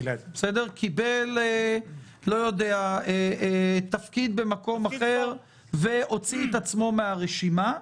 קיבל תפקיד במקום אחר והוציא את עצמו מהרשימה,